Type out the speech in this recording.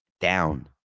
down